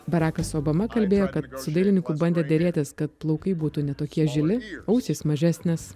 barakas obama kalbėjo kad su dailininku bandė derėtis kad plaukai būtų ne tokie žili ausys mažesnės